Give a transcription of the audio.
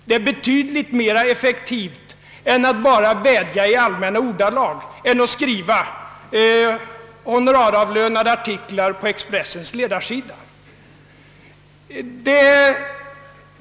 Det är betydligt mer effektivt än att bara vädja i allmänna ordalag, än att skriva honoraravlönade artiklar på Expressens ledarsida.